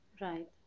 Right